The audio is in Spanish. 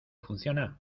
funciona